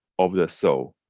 of their soul.